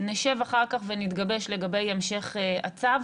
נשב אחר כך ונתגבש לגבי המשך הצו.